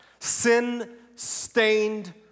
Sin-stained